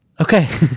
Okay